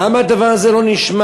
למה הדבר הזה לא נשמע?